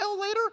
later